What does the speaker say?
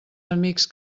amics